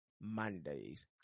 Mondays